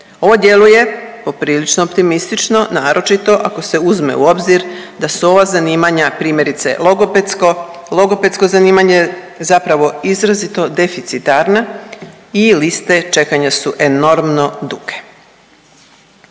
Ovo djeluje poprilično optimistično, naročito ako se uzme u obzir da su ova zanimanja, primjerice, logopedsko, logopedsko zanimanje zapravo izrazito deficitarna i liste čekanja su enormno duge.